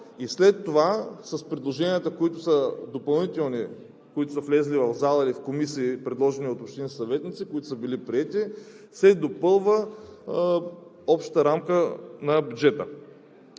след това с предложенията, които допълнително са влезли в залата, или в комисии, предложени от общинските съветници, които са били приети, се допълва общата рамка на бюджета.